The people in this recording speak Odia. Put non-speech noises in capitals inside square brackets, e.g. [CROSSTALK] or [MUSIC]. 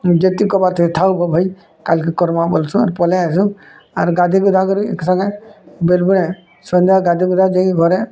ଯେତିକି କବାଥେ ଥାଉଗୋ ଭାଇ କାଲ୍ କେ କର୍ମା ବୋଲ୍ଛୁ ଆର୍ ପଲେଇ ଆସୁଁ ଆର୍ ଗାଧେଇ ଗୁଧାକରି ଏକ୍ ସାଙ୍ଗେ ବିଲ୍ [UNINTELLIGIBLE] ସନ୍ଧ୍ୟା ଗାଧେଇ ଗୁଧାକରି ଯାଇକିରି ଘରେ